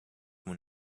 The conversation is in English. when